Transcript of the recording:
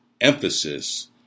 Emphasis